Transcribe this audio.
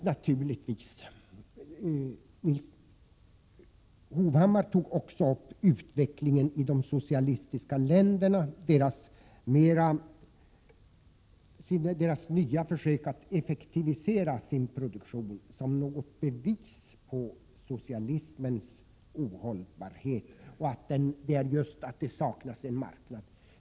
Vidare anförde Erik Hovhammar utvecklingen i de socialistiska länderna, deras nya försök att effektivisera sin produktion som ett bevis på socialismens ohållbarhet och på att det saknas en marknad.